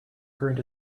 current